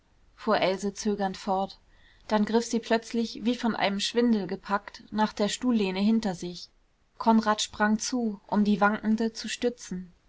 fuhr else zögernd fort dann griff sie plötzlich wie von einem schwindel gepackt nach der stuhllehne hinter sich konrad sprang zu um die wankende zu stützen